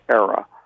era